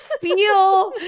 feel